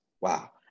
Wow